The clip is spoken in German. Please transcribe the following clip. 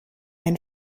den